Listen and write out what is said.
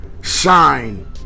shine